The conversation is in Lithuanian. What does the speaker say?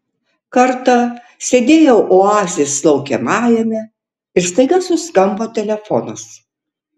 kartą sėdėjau oazės laukiamajame ir staiga suskambo telefonas